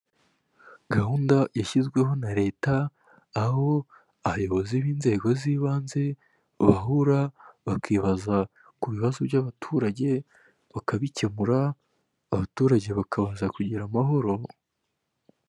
Gahunda yashyizweho na leta aho abayobozi b'inzego z'ibanze bahura bakibaza ku bibazo by'abaturage bakabikemura abaturage bakabanza kugira amahoro.